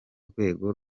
rwego